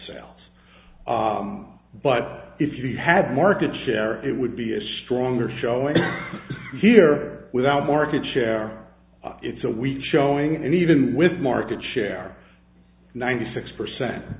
sale but if you had market share it would be a stronger showing here without market share it's a weak showing and even with market share ninety six percent